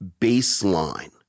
baseline